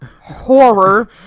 horror